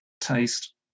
taste